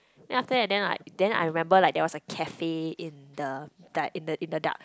then after that then I then I remember like there was a cafe in the dark in the in the dark